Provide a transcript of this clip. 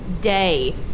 Day